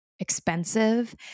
expensive